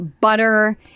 butter